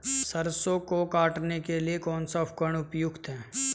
सरसों को काटने के लिये कौन सा उपकरण उपयुक्त है?